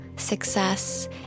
Success